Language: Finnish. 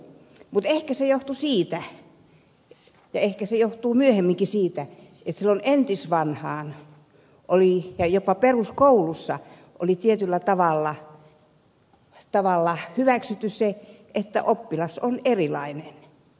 mutta ehkä se johtui siitä ja ehkä se johtuu myöhemminkin siitä että silloin entisvanhaan oli jopa peruskoulussa tietyllä tavalla hyväksytty se että oppilas on erilainen